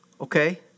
Okay